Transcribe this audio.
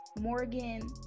Morgan